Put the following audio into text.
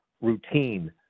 routine